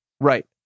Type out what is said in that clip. Right